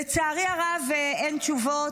לצערי הרב, אין תשובות.